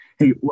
Hey